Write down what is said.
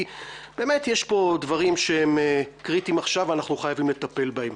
כי באמת יש פה דברים קריטיים עכשיו ואנחנו חייבים לטפל בהם.